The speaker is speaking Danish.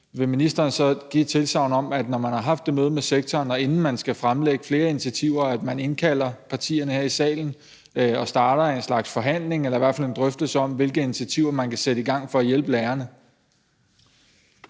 Vil ministeren så give et tilsagn om, at man, når man har haft det møde med sektoren, og inden man skal fremlægge flere initiativer, indkalder partierne her i salen og starter en slags forhandlinger eller i hvert fald en drøftelse om, hvilke initiativer man kan sætte i gang for at hjælpe lærerne?